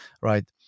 Right